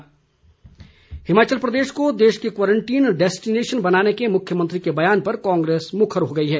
कांग्रेस हिमाचल प्रदेश को देश के क्वारंटीन डैस्टिनेशन बनाने के मुख्यमंत्री के बयान पर कांग्रेस मुखर हो गई हैं